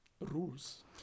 rules